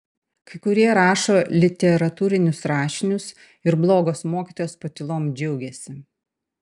kai kurie rašo literatūrinius rašinius ir blogos mokytojos patylom džiaugiasi